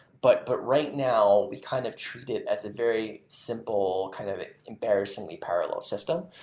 but but right now, we kind of treat it as a very simple, kind of embarrassingly parallel system.